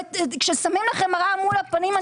כששמים מראה מול הפנים.